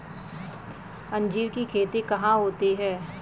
अंजीर की खेती कहाँ होती है?